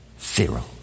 Zero